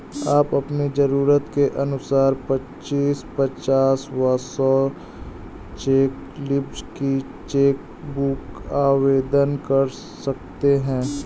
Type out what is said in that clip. आप अपनी जरूरत के अनुसार पच्चीस, पचास व सौ चेक लीव्ज की चेक बुक आवेदन कर सकते हैं